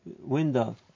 window